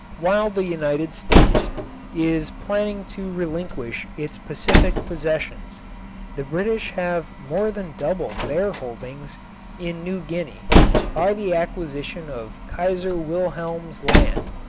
while the united states is planning to relinquish its pacific possessions the british have more than doubled their holdings in new guinea by the acquisition of kaiser wilhelm's land,